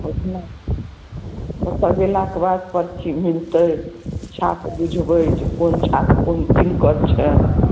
एखने ओतऽ गेलाके बाद पर्ची भेटतै छाप बुझबै जे कोन छाप किनकर छनि